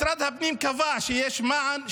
משרד הפנים קבע שיש מען,